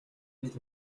дээл